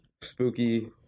spooky